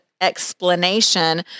explanation